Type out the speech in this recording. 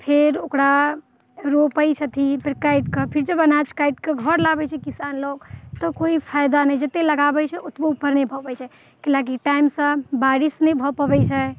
फेर ओकरा रोपैत छथिन फिर काटि कऽ फिर जब अनाज काटि कऽ घर लाबैत छै किसान लोग तऽ कोइ फायदा नहि जतेक लगाबैत छै ओतबो ऊपर नहि भऽ पबैत छै कै ला कि कि टाइमसँ बारिश नहि भऽ पबैत छै